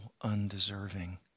undeserving